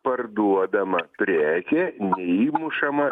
parduodama prekė įmušama